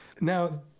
Now